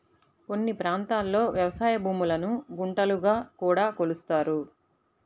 కొన్ని ప్రాంతాల్లో వ్యవసాయ భూములను గుంటలుగా కూడా కొలుస్తారు